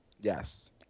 Yes